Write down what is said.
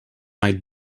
might